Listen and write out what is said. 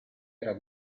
era